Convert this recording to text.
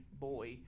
boy